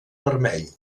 vermell